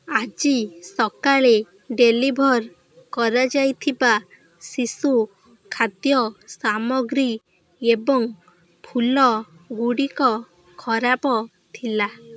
ଆଜି ସକାଳେ ଡେଲିଭର୍ କରାଯାଇଥିବା ଶିଶୁ ଖାଦ୍ୟ ସାମଗ୍ରୀ ଏବଂ ଫୁଲଗୁଡ଼ିକ ଖରାପ ଥିଲା